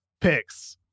picks